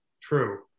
True